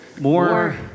more